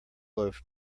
loaf